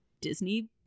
disney